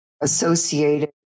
associated